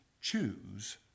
choose